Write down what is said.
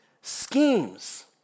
schemes